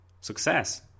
success